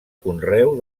conreu